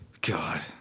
God